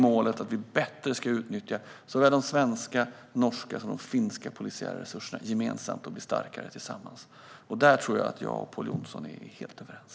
Målet är att vi bättre ska utnyttja de svenska, norska och finska polisiära resurserna gemensamt och bli starkare tillsammans. Där tror jag att jag och Pål Jonson är helt överens.